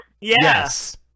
Yes